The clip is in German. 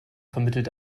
vermittelt